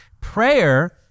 Prayer